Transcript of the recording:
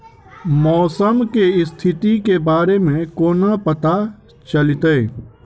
मौसम केँ स्थिति केँ बारे मे कोना पत्ता चलितै?